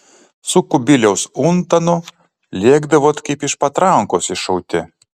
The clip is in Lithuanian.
su kubiliaus untanu lėkdavot kaip iš patrankos iššauti